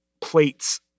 plates